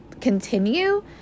continue